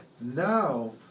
now